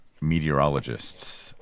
meteorologists